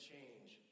change